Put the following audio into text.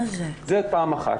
זה פעם אחת.